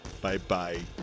Bye-bye